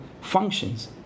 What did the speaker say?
functions